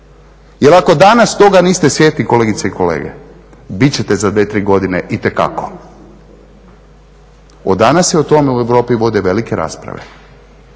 Jel ako danas toga niste svjesni kolegice i kolege bit ćete za 2, 3 godine itekako. Od danas je o tome u Europi vode velike rasprave